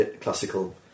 classical